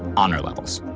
honor levels.